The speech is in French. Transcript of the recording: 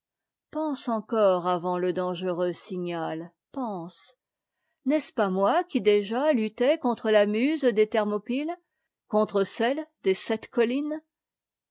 pense encore avant e dange reux signal pense n'est-ce pas moi qui déjà luttai contre a muse des thermopytes contre cette des sept collines